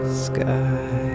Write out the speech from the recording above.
sky